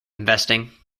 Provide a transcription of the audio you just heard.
investing